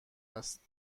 است